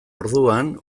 orduan